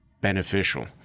beneficial